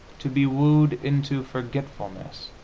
to be wooed into forgetfulness,